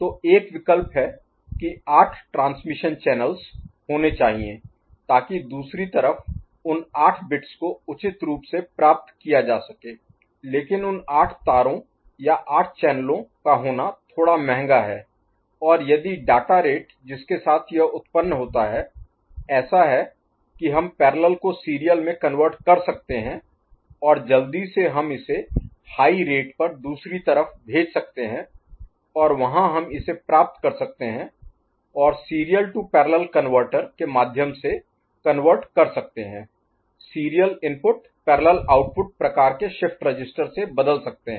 तो एक विकल्प है की आठ ट्रांसमिशन चैनल्स Transmission Channels प्रसारण चैनलों होने चाहिए ताकि दूसरी तरफ उन आठ बिट्स को उचित रूप से प्राप्त किया जा सके लेकिन उन 8 तारों या 8 चैनलों का होना थोड़ा महंगा है और यदि डाटा रेट जिसके साथ यह उत्पन्न होता है ऐसा है कि हम पैरेलल को सीरियल में कन्वर्ट कर सकते हैं और जल्दी से हम इसे हाई रेट पर दूसरी तरफ भेज सकते हैं और वहां हम इसे प्राप्त कर सकते हैं और सीरियल टू पैरेलल कनवर्टर के माध्यम से कन्वर्ट कर सकते हैं सीरियल इनपुट पैरेलल आउटपुट प्रकार के शिफ्ट रजिस्टर से बदल सकते हैं